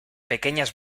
pequeñas